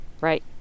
right